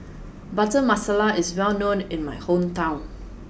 Butter Masala is well known in my hometown